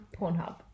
Pornhub